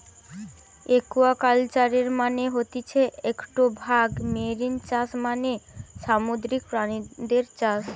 একুয়াকালচারের মানে হতিছে একটো ভাগ মেরিন চাষ মানে সামুদ্রিক প্রাণীদের চাষ